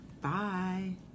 Bye